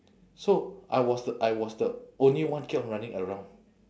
so I was the I was the only one keep on running around